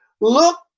look